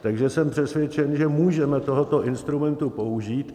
Takže jsem přesvědčen, že můžeme tohoto instrumentu použít.